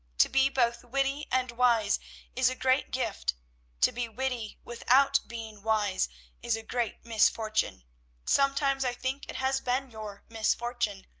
to be both witty and wise is a great gift to be witty without being wise is a great misfortune sometimes i think it has been your misfortune.